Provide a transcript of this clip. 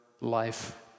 life